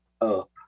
up